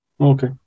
okay